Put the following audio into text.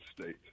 state